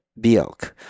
bielk